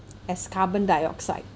as carbon dioxide